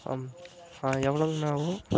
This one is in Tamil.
அம் எவ்வளவுங்கண்ணா ஆகும்